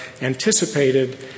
anticipated